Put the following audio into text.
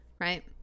Right